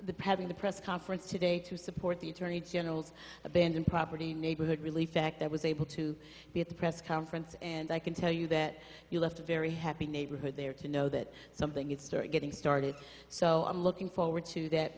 the press conference today to support the attorney general's abandoned property neighborhood really fact that was able to be at the press conference and i can tell you that you left a very happy neighborhood there to know that something its story getting started so i'm looking forward to that